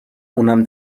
اونم